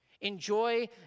Enjoy